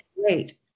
Great